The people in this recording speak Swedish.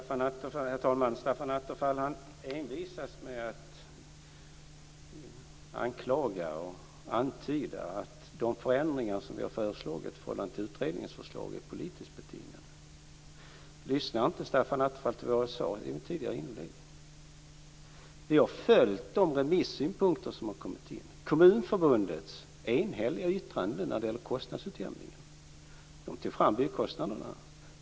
Herr talman! Stefan Attefall envisas med att antyda att de förändringar som vi har föreslagit i förhållande till utredningens förslag är politiskt betingade. Lyssnade inte Stefan Attefall på vad jag sade i mitt tidigare inlägg? Vi har följt de remissynpunkter som har kommit in, t.ex. Kommunförbundets enhälliga yttrande när det gällde kostnadsutjämningen. Man tog fram byggkostnaderna.